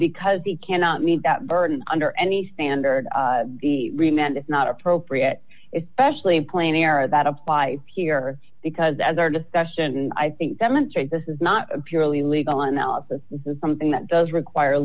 because he cannot meet that burden under any standard remember it's not appropriate especially plain error that apply here because as our discussion i think demonstrates this is not a purely legal analysis this is something that does require